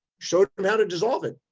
show them how to dissolve it,